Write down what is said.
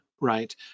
right